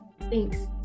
Thanks